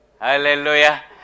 Hallelujah